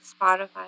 Spotify